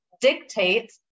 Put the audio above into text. dictates